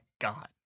god